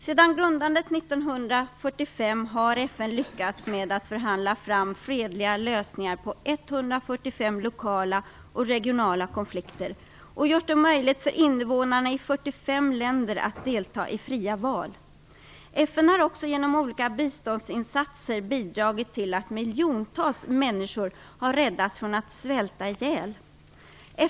Sedan grundandet 1945 har FN lyckats med att förhandla fram fredliga lösningar på 145 lokala och regionala konflikter och gjort det möjligt för innevånarna i 45 länder att delta i fria val. FN har också genom olika biståndsinsatser bidragit till att miljontals människor har räddats från att svälta ihjäl.